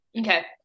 Okay